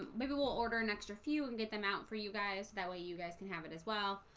maybe we'll order an extra few and get them out for you guys. that way you guys can have it as well